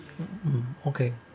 uh okay